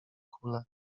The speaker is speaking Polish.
kule